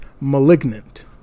Malignant